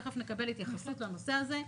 תכף נקבל התייחסות לנושא הזה.